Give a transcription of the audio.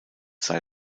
sei